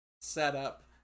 setup